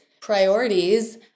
priorities